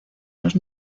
los